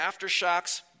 aftershocks